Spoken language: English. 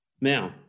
Now